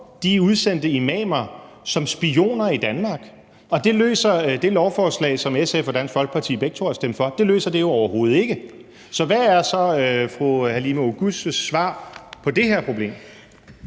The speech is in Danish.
de udsendte imamer som spioner i Danmark. Det løser det lovforslag, som SF og Dansk Folkeparti begge har stemt for, overhovedet ikke. Så hvad er så fru Halime Oguz' svar på det her problem?